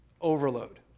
overload